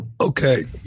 Okay